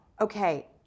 Okay